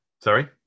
sorry